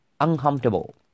uncomfortable